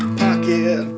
pocket